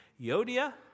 Yodia